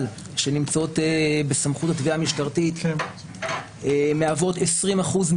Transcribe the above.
שנמצאות בסמכות התביעה המשטרתית מהוות 20 אחוזים